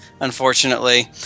unfortunately